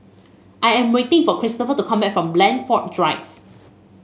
I am waiting for Kristofer to come back from Blandford Drive